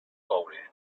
coure